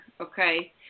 okay